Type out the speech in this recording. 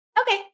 okay